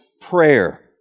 prayer